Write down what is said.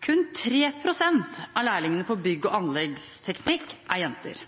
Kun 3 pst. av lærlingene på bygg- og anleggsteknikk er jenter.